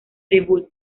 debut